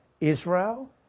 Israel